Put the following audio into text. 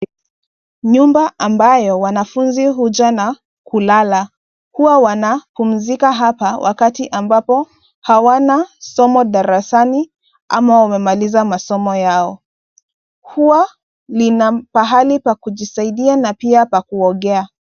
Nyumba ambayo wanafunzi huja na kulala, huwa wanapumzika hapa wakati ambapo hawana somo darasani ama wamemaliza masomo yao. Hua lina pahai pa kujisaidia na pia pa kuogea.